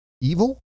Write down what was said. evil